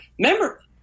remember